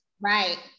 Right